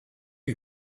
you